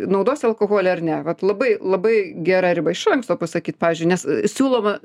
naudosi alkoholį ar ne vat labai labai gera riba iš anksto pasakyt pavyzdžiui nes siūloma